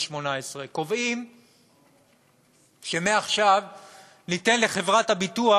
18. קובעים שמעכשיו ניתן לחברת הביטוח